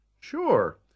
Sure